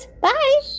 Bye